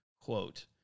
Quote